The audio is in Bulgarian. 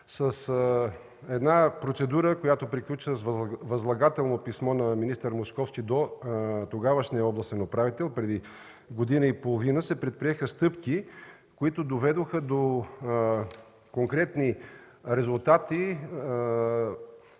С процедура, която приключва с възлагателно писмо на министър Московски до тогавашния областен управител преди година и половина, се предприеха стъпки, които доведоха до конкретни резултати